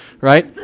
Right